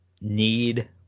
Need